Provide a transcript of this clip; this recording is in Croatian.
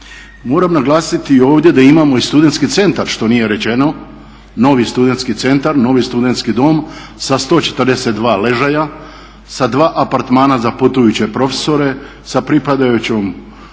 Moram naglasiti ovdje da imamo i studentski centar što nije rečeno, novi studentski centar, novi studentski dom sa 142 ležaja, sa dva apartmana za putujuće profesore sa pripadajućim